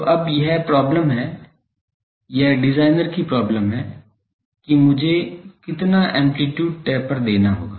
तो अब यह प्रॉब्लम है यह डिजाइनर की प्रॉब्लम है कि मुझे कितना एम्पलीटूड टेपर देना होगा